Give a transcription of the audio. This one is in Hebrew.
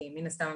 כי מן הסתם,